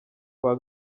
kwa